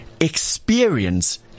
experience